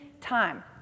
time